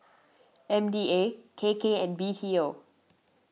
M D A K K and B T O